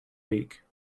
week